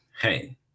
hey